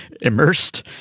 immersed